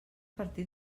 partit